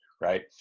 right